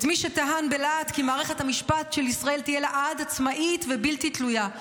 את מי שטען בלהט כי מערכת המשפט של ישראל תהיה לעד עצמאית ובלתי תלויה,